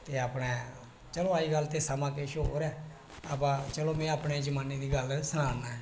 ते अपने चलो अजकल ते समां किश होर ऐ अबा ते में अपने जमाने दा सनां दा हां